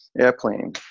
Airplane